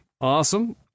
Awesome